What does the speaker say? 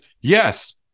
yes